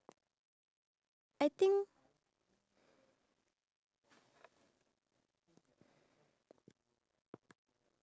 socialise and talk with them it's much different than the way how I were to talk to my friends because